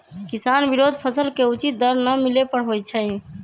किसान विरोध फसल के उचित दर न मिले पर होई छै